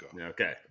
Okay